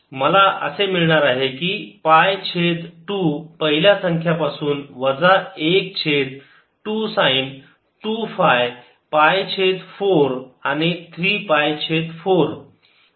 मला असे मिळणार आहे की पाय छेद 2 पहिल्या संख्या पासून वजा 1 छेद 2 साइन 2 फाय पाय छेद 4 आणि 3 पाय छेद 4